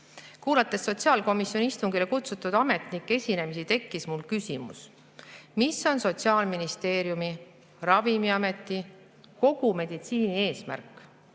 Kuulates sotsiaalkomisjoni istungile kutsutud ametnike esinemisi, tekkis mul küsimus, mis on Sotsiaalministeeriumi, Ravimiameti ja kogu meditsiini eesmärk.